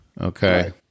Okay